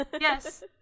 Yes